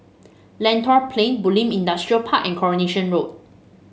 Lentor Plain Bulim Industrial Park and Coronation Road